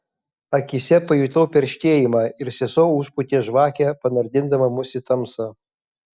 akyse pajutau perštėjimą ir sesuo užpūtė žvakę panardindama mus į tamsą